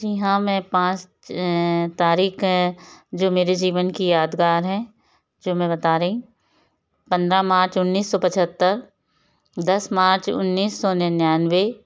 जी हाँ मैं पाँच तारिख़ जो मेरे जीवन की यादगार हैं जो मैं बता रही हूँ पंद्रह मार्च उन्नीस सौ पचहत्तर दस मार्च उन्नीस सौ निन्यानवे